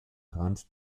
rand